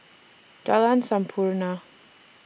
Jalan Sampurna